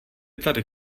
tady